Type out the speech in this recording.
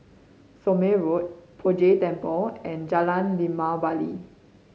Somme Road Poh Jay Temple and Jalan Limau Bali